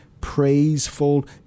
praiseful